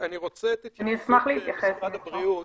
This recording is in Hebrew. אני רוצה את התייחסות משרד הבריאות.